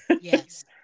Yes